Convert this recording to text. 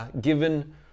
given